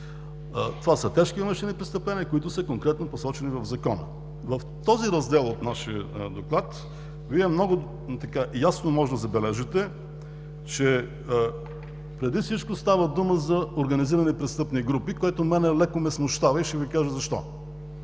Това са извършени тежки престъпления, които са конкретно посочени в Закона. В този раздел от нашия Доклад Вие много ясно можете да забележите, че преди всичко става дума за организирани престъпни групи, което леко ме смущава и ще Ви кажа защо.